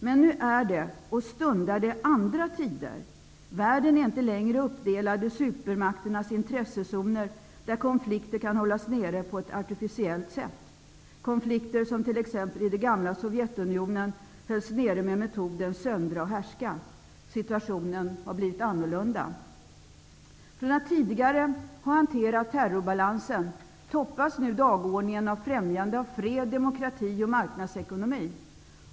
Men nu är det och stundar det andra tider. Världen är inte längre uppdelad i supermakternas intressezoner, där konflikter kan hållas nere på ett artificiellt sätt, såsom konflikter i det gamla Sovjetunionen hölls nere med metoden söndra och härska. Situationen har blivit annorlunda. Från att tidigare ha hanterat terrorbalansen toppas nu FN:s dagordning av främjandet av fred, demokrati och marknadsekonomi.